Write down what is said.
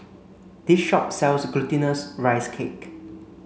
this shop sells glutinous rice cake